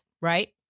right